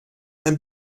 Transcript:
and